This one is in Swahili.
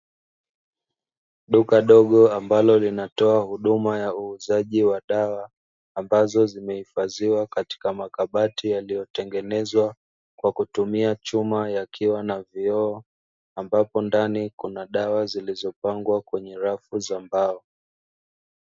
Duka dogo ambalo linatoa huduma ya uuzaji wa dawa, ambazo zimehifadhiwa katika makabati yaliyotengenezwa kwa kutumia chuma ya kioo na vioo, ambapo ndani kuna dawa zilizopangwa kwenye rafu za mbao.